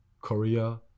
korea